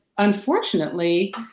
Unfortunately